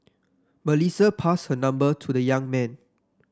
Melissa passed her number to the young man